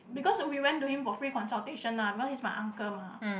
because we went to him for free consultation ah because he's my uncle mah